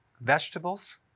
vegetables